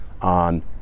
on